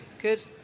good